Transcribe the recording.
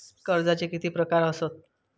कर्जाचे किती प्रकार असात?